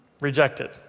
rejected